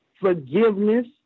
forgiveness